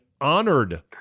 Honored